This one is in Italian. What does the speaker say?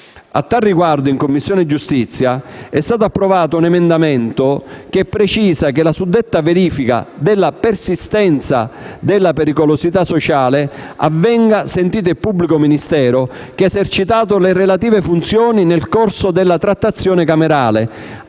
A tale riguardo, in Commissione giustizia è stato approvato un emendamento che precisa che la suddetta verifica della persistenza della pericolosità sociale avvenga sentito il pubblico ministero che ha esercitato le relative funzioni nel corso della trattazione camerale,